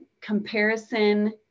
comparison